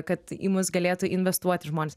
kad į mus galėtų investuoti žmonės